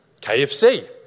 KFC